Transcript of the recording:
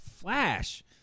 Flash